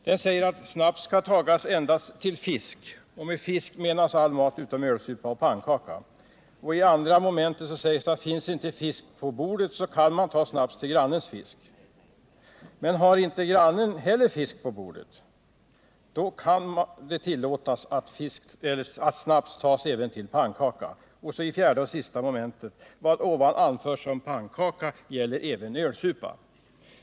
I första momentet sägs att snaps tages endast till fisk, och med fisk menas all mat utom ölsupa och pannkaka. I andra momentet sägs att finns inte fisk på bordet så kan man ta snaps till grannens fisk. Men har inte heller grannen fisk på bordet, då kan det tillåtas, enligt tredje momentet, att snaps tages även till pannkaka. Och i fjärde och sista momentet heter det: Vad ovan anförts om pannkaka gäller även ölsupa.